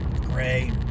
Gray